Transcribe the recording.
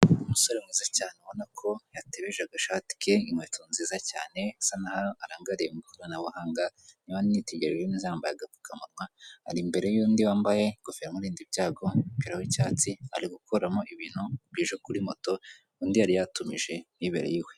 Umusore mwiza cyane ubona ko yatebeje agashati ke, inkweto nziza cyane. Bisa nk'aho arangariye mu ikoranabuhanga, niba nitegereje neza yambaye agapfukamunwa. Ari imbere y'undi wambaye ingofero imirinda ibyago, umupira w' icyatsi. Ari gukuramo ibintu bije kuri moto, undi yari yatumije yibereye iwe.